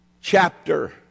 chapter